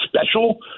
special